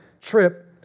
trip